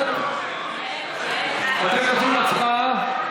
זו דחייה של חצי